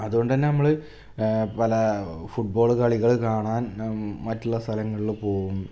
അതു കൊണ്ടു തന്നെ നമ്മൾ പല ഫുട്ബോൾ കളികൾ കാണാന് മറ്റുള്ള സ്ഥലങ്ങളിൽ പോകും